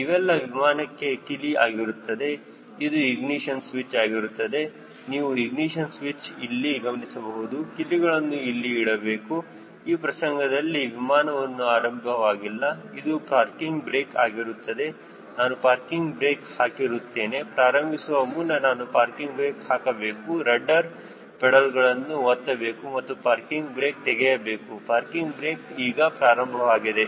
ಇವೆಲ್ಲ ವಿಮಾನದ ಕೀಲಿ ಆಗಿರುತ್ತದೆ ಇದು ಇಗ್ನಿಶನ್ ಸ್ವಿಚ್ ಆಗಿರುತ್ತದೆ ನೀವು ಇಗ್ನಿಶನ್ ಸ್ವಿಚ್ ಇಲ್ಲಿ ಗಮನಿಸಬಹುದು ಕೀಲಿಗಳನ್ನು ಇಲ್ಲಿ ಇಡಬೇಕು ಈ ಪ್ರಸಂಗದಲ್ಲಿ ವಿಮಾನವು ಆರಂಭವಾಗಿಲ್ಲ ಇದು ಪಾರ್ಕಿಂಗ್ ಬ್ರೇಕ್ ಆಗಿರುತ್ತದೆ ನಾನು ಪಾರ್ಕಿಂಗ್ ಬ್ರೇಕ್ ಹಾಕಿರುತ್ತೇನೆ ಪ್ರಾರಂಭಿಸುವ ಮುನ್ನ ನಾವು ಪಾರ್ಕಿಂಗ್ ಬ್ರೇಕ್ ಹಾಕಬೇಕು ರಡ್ಡರ್ ಪೆಡಲ್ಗಳನ್ನು ಒತ್ತಬೇಕು ಮತ್ತು ಪಾರ್ಕಿಂಗ್ ಬ್ರೇಕ್ ತೆಗೆಯಬೇಕು ಪಾರ್ಕಿಂಗ್ ಬ್ರೇಕ್ ಈಗ ಪ್ರಾರಂಭವಾಗಿದೆ